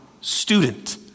student